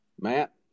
Matt